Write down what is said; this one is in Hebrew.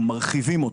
רעיון מצוין.